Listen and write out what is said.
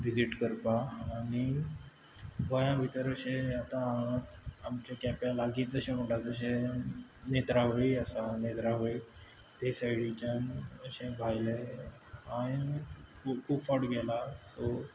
visit करपा आनी गोंयां भितर अशे आतां आमच्या केप्यां लागींच जशें म्हणटा तशें नेत्रावळी आसा नेत्रावळी ते सायडीच्यान अशें भायले हांवूय खूब फावट गेलां सो